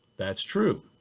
that's true.